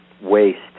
waste